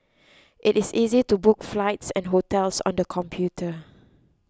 it is easy to book flights and hotels on the computer